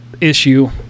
issue